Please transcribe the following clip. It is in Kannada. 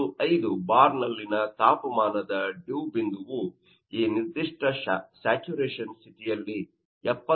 75 ಬಾರ್ನಲ್ಲಿನ ತಾಪಮಾನದ ಡಿವ್ ಬಿಂದುವು ಈ ನಿರ್ದಿಷ್ಟ ಸ್ಯಾಚುರೇಶನ್ ಸ್ಥಿತಿಯಲ್ಲಿ 74